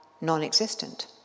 non-existent